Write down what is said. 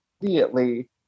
immediately